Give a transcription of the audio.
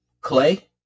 Clay